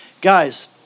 guys